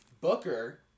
Booker